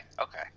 okay